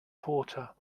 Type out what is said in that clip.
porter